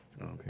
Okay